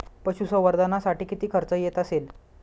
पशुसंवर्धनासाठी किती खर्च येत असेल?